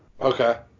Okay